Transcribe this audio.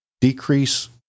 decrease